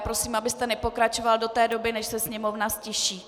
Prosím, abyste nepokračoval do té doby, než se sněmovna ztiší.